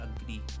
agree